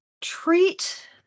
treat